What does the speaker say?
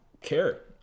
care